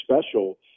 special